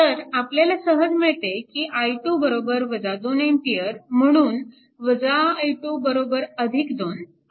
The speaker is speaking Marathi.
तर आपल्याला सहज मिळते की i2 2A म्हणून i2 2 आणि i1 0